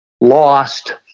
lost